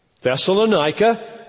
Thessalonica